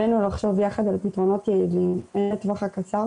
עלינו לחשוב ביחד על פתרונות יעילים הן לטווח הקצר